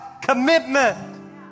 commitment